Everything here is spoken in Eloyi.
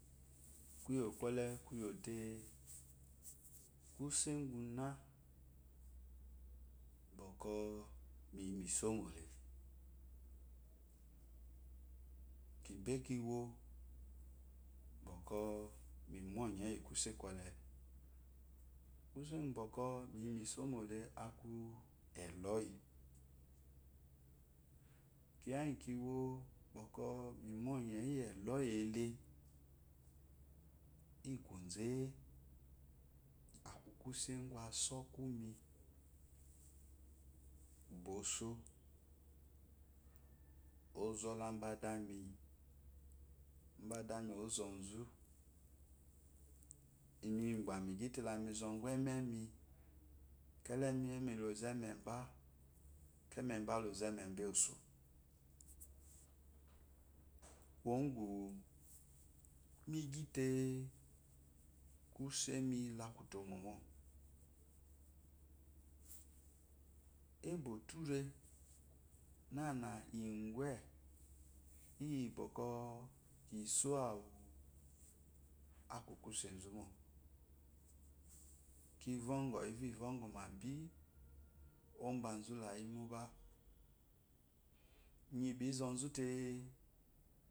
Kuyo kole kuyote kure gune bwɔkwɔ kiyi misomole kibe kiwo boko mimonye iyi kuse kole kuse gu bwɔkwɔ miyi misole aku eloyi kiyi gyi kiwo bwɔkwɔ mimonye yi eloyi ele yi koze aku kuse gu aso kkumi bo so ozɔlambada gyite la mizogu emeni kelememi lo zo ememba kememba lozo eme besu kuwogu migyite kuse mila kutomomo ebuture nana igwe iyi bwɔkwɔ kiso awu aku kuse zu mo kivyugɔyi vyagɔmabi ombazulayi mobe inyi ba inzozute.